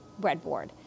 breadboard